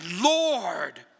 lord